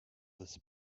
this